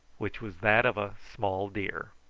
which was that of a small deer.